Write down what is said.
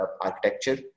architecture